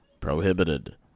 prohibited